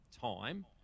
time